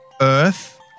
Earth